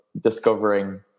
discovering